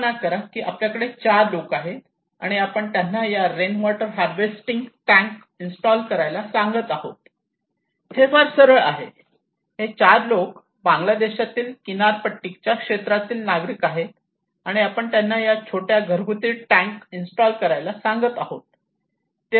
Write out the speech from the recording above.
कल्पना करा की आपल्याकडे चार लोक आहेत आणि आपण त्यांना या रेनवॉटर हार्वेस्टिंग टॅंक इन्स्टॉल करायला सांगत आहोत हे फार सरळ आहे हे चार लोक बांगलादेशातील किनारपट्टीच्या क्षेत्रातील नागरिक आहेत आणि आपण त्यांना या छोट्या घरगुती टॅंक इन्स्टॉल करायला सांगत आहोत